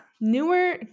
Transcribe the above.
newer